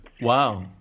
wow